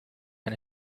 and